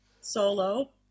solo